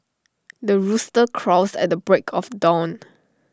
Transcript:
the rooster crows at the break of dawn